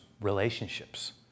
relationships